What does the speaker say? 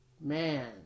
man